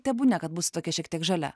tebūnie kad būsiu tokia šiek tiek žalia